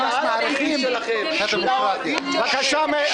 לקהל הביתי שלכם, לאוהדים שלכם.